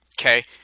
okay